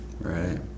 right